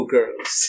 Girls